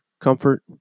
comfort